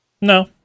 No